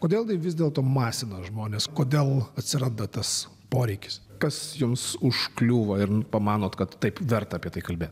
kodėl tai vis dėlto masina žmones kodėl atsiranda tas poreikis kas jums užkliūva ir pamanot kad taip verta apie tai kalbėt